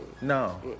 No